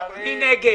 מי נגד.